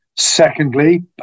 Secondly